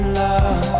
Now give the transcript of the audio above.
love